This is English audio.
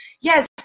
Yes